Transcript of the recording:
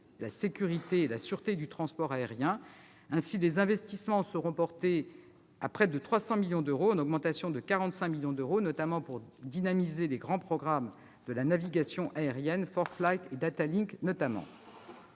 la sécurité et la sûreté du transport aérien. Aussi, les investissements seront portés à près de 300 millions d'euros, en augmentation de 45 millions d'euros, pour dynamiser en particulier les grands projets de la navigation aérienne, notamment 4-Flight et Data-Link.